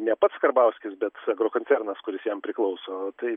ne pats karbauskis bet agrokoncernas kuris jam priklauso tai